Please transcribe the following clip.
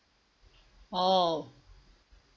oh